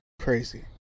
Crazy